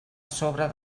sobre